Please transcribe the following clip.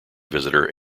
visitor